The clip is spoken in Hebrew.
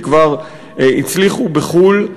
שכבר הצליחו בחו"ל,